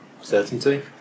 Certainty